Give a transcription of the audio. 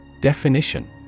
Definition